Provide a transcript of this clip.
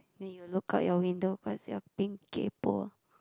then you look out your window cause you're being kaypo